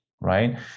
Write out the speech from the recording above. right